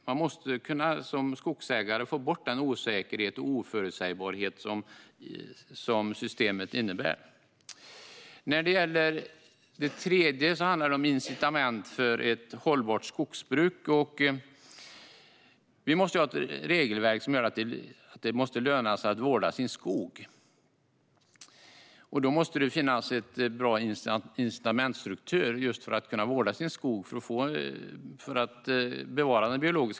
Man måste få bort den osäkerhet och oförutsägbarhet som systemet innebär för en skogsägare. För att få ett hållbart skogsbruk måste vi ha ett regelverk som gör att det lönar sig att vårda sin skog. För att bevara den biologiska mångfalden måste det finnas en bra incitamentsstruktur att vårda sin skog.